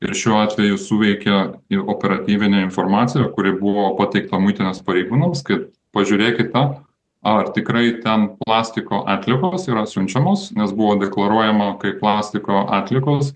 ir šiuo atveju suveikė ir operatyvinę informaciją kuri buvo pateikta muitinės pareigūnams kad pažiūrėkit tą ar tikrai ten plastiko atliekos yra siunčiamos nes buvo deklaruojama kaip plastiko atliekos